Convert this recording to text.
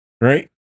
Right